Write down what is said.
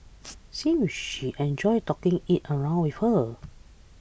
seems she enjoyed taking it around with her